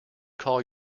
call